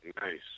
Nice